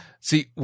See